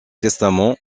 testament